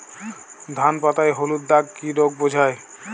ধান পাতায় হলুদ দাগ কি রোগ বোঝায়?